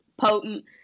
potent